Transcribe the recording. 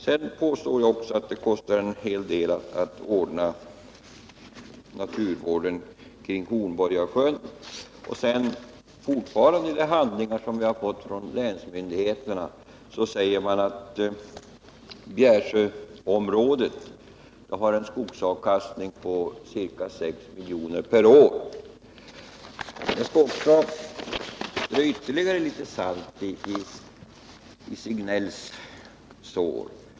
Jag påstår också att det kostar en hel del att ordna naturvården kring Hornborgasjön. Vidare säger man i de handlingar vi har fått från länsmyndigheterna att Bjärsjöområdet har en skogsavkastning på ca 6 milj.kr. per år. Jag skall strö ytterligare litet salt i herr Signells sår.